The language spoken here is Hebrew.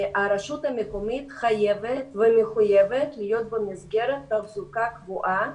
הרשות המקומית חייבת ומחויבת להיות במסגרת תחזוקה קבועה